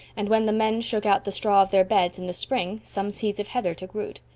and, when the men shook out the straw of their beds in the spring, some seeds of heather took root.